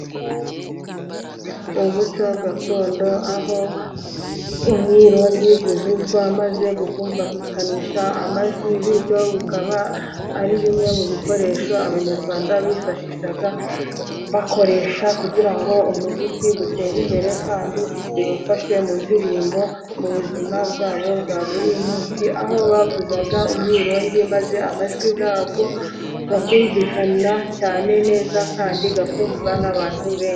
Umuco gakondo, aho umwirongi uvuzwa, maze ukumvakanisha amajwi, bityo ukaba ari bimwe mu bikoresho abanyarwanda bifashishaga, bakoresha kugira ngo umuziki utere imbere, kandi bibafashe mu ndirimbo, mu buzima bwabo bwa buri munsi, aho bavuzaga umwironge maze amajwi yabo ukumvikana cyane neza, kandi akumvwa n'abantu benshi.